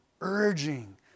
urging